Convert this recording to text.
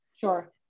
Sure